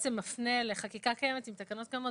בעצם מפנה לחקיקה קיימת עם תקנות קיימות